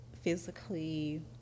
physically